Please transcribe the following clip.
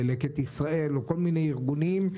ללקט ישראל או כל מיני ארגונים,